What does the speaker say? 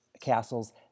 castles